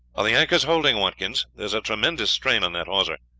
are the anchors holding, watkins? there's a tremendous strain on that hawser.